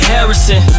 Harrison